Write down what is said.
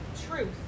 truth